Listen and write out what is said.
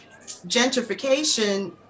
gentrification